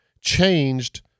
changed